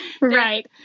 Right